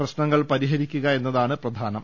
പ്രശ്നങ്ങൾ പരിഹരിക്കുക എന്നതാണ് പ്രധാനം